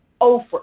over